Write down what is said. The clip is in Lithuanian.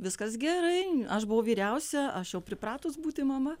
viskas gerai aš buvau vyriausia aš jau pripratus būti mama